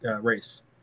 race